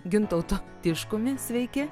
gintautu tiškumi sveiki